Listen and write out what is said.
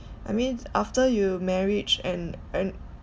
I mean after you marriage and earn